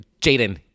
Jaden